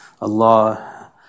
Allah